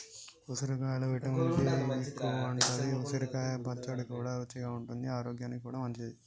ఉసిరికాయలో vitamin C ఎక్కువుంటది, ఉసిరికాయ పచ్చడి కూడా రుచిగా ఉంటది ఆరోగ్యానికి కూడా మంచిది